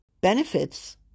benefits